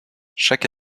chaque